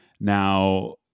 now